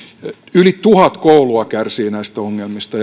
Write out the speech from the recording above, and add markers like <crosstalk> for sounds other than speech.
yli tuhat koulua kärsii näistä ongelmista <unintelligible>